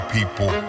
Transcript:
people